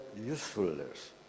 usefulness